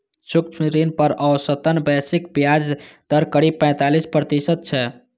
सूक्ष्म ऋण पर औसतन वैश्विक ब्याज दर करीब पैंतीस प्रतिशत छै